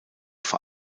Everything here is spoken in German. vor